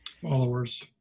followers